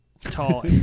tall